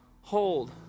hold